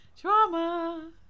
Drama